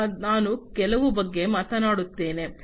ಆದ್ದರಿಂದ ನಾನು ಕೆಲವು ಬಗ್ಗೆ ಮಾತನಾಡುತ್ತೇನೆ